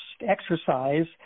exercise